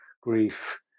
grief